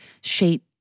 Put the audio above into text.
shape